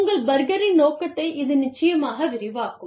உங்கள் பர்கரின் நோக்கத்தை இது நிச்சயமாக விரிவாக்கும்